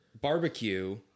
barbecue